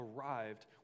arrived